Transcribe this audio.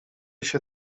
się